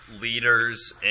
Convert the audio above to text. leaders